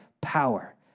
power